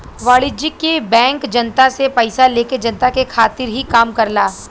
वाणिज्यिक बैंक जनता से पइसा लेके जनता के खातिर ही काम करला